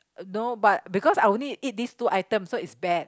no but because I only eat these two item so is bad